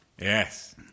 Yes